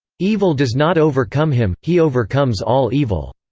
evil does not overcome him, he overcomes all evil.